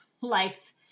life